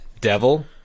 devil